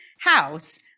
house